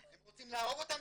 הם רוצים להרוג אותנו,